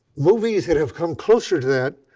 movies that have come closer to that,